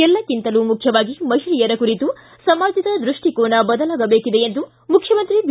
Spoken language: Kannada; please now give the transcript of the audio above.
ಎಲ್ಲಕ್ಕಿಂತಲೂ ಮುಖ್ಯವಾಗಿ ಮಹಿಳೆಯರ ಕುರಿತು ಸಮಾಜದ ದೃಷ್ಟಿಕೋನ ಬದಲಾಗಬೇಕಿದೆ ಎಂದು ಮುಖ್ಯಮಂತ್ರಿ ಬಿ